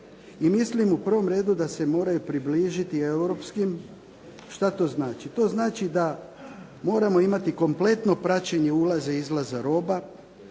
i mislim u prvom redu da se moraju približiti europskim. Šta to znači? To znači da moramo imati kompletno praćenje ulaza i izlaza roba,